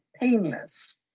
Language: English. painless